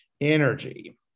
energy